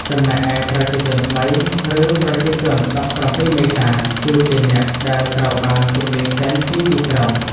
ចំណែកឯ "ប្រជាជនថ្មី" ឬ "ប្រជាជន ១៧ មេសា" គឺជាអ្នកដែលត្រូវបានជម្លៀសចេញពីទីក្រុង។